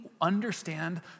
understand